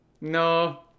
No